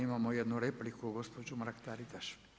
Imamo jednu repliku gospođa Mrak-Taritaš.